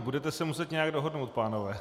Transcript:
Budete se muset nějak dohodnout, pánové.